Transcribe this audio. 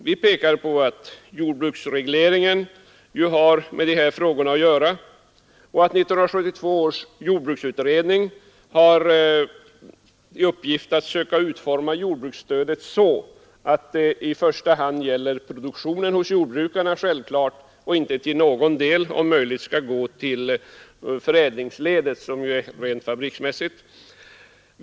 Vi pekar på att jordbruksregleringen har med dessa frågor att göra och att 1972 års jordbruksutredning har i uppgift att söka utforma jordbruksstödet så att det i första hand kommer att avse produktionen hos jordbrukarna och inte till någon del — om möjligt — skall gå till förädlingsledet, som är rent fabriksmässigt.